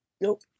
Nope